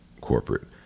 corporate